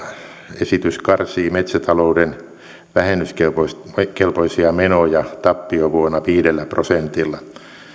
esitys karsii metsätalouden vähennyskelpoisia menoja tappiovuonna viidellä prosentilla